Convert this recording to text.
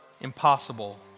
impossible